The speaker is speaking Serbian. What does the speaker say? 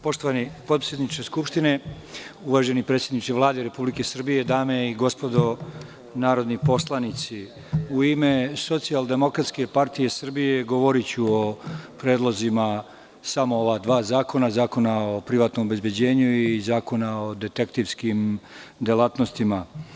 Poštovani potpredsedniče Skupštine, uvaženi predsedniče Vlade Republike Srbije, dame i gospodo narodni poslanici, u ime SDPS govoriću o predlozima samo ova dva zakona, Zakona o privatnom obezbeđenju i Zakona o detektivskim delatnostima.